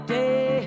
day